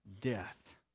death